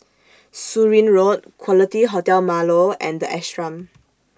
Surin Road Quality Hotel Marlow and The Ashram